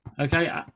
Okay